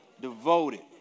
Devoted